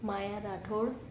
Maya Rathod